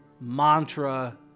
mantra